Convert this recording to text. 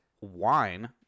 Wine